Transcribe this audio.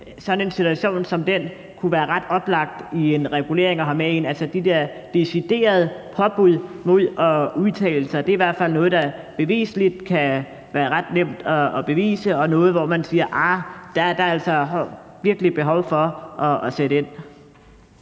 sådan en situation som den kunne være ret oplagt at have med ind i en regulering, altså de der deciderede påbud i forhold til at udtale sig? Det er i hvert fald noget, der kan være ret nemt at bevise, og noget, hvor man siger, at der altså virkelig er et behov for at sætte ind.